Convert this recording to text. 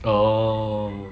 orh